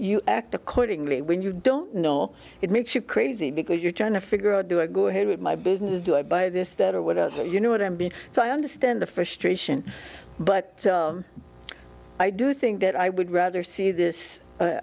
you act accordingly when you don't know it makes you crazy because you're trying to figure out do i go ahead with my business do i buy this that or what you know what i'm being so i understand the frustration but i do think that i would rather see this